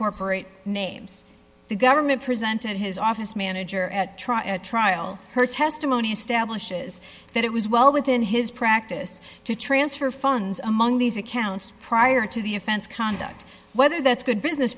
corporate names the government presented his office manager at trial at trial her testimony establishes that it was well within his practice to transfer funds among these accounts prior to the offense conduct whether that's good business